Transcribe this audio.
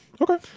okay